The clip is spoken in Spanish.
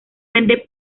vende